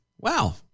Wow